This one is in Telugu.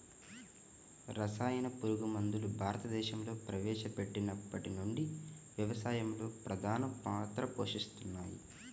రసాయన పురుగుమందులు భారతదేశంలో ప్రవేశపెట్టినప్పటి నుండి వ్యవసాయంలో ప్రధాన పాత్ర పోషిస్తున్నాయి